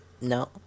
No